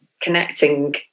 connecting